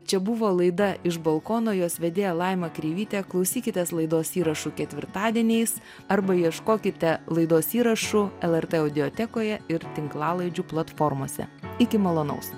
čia buvo laida iš balkono jos vedėja laima kreivytė klausykitės laidos įrašų ketvirtadieniais arba ieškokite laidos įrašų lrt audiotekoje ir tinklalaidžių platformose iki malonaus